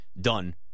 done